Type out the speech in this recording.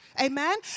Amen